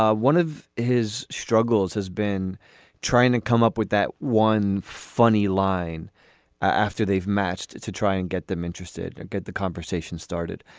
ah one of his struggles has been trying to come up with that one funny line after they've matched to try and get them interested or get the conversation started.